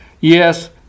Yes